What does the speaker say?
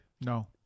No